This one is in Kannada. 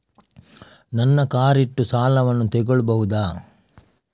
ನನ್ನ ಕಾರ್ ಇಟ್ಟು ಸಾಲವನ್ನು ತಗೋಳ್ಬಹುದಾ?